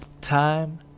time